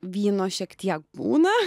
vyno šiek tiek būna